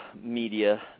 media